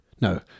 no